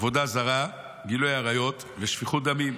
עבודה זרה, גילוי עריות ושפיכות דמים.